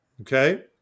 okay